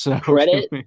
Credit